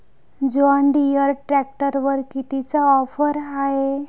John Deere ट्रॅक्टरवर कितीची offer हाये?